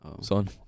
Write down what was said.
Son